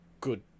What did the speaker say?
good